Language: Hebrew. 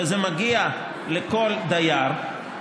וזה מגיע לכל דייר,